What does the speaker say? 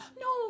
No